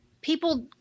People